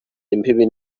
imbibi